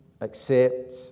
accept